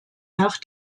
nach